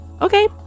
okay